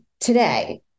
today